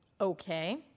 Okay